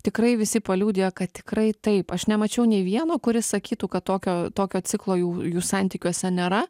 tikrai visi paliudija kad tikrai taip aš nemačiau nė vieno kuris sakytų kad tokio tokio ciklo jų jų santykiuose nėra